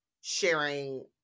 sharing